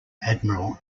admiral